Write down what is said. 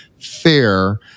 fair